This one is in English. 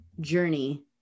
journey